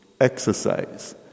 exercise